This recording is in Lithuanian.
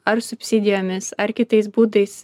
ar subsidijomis ar kitais būdais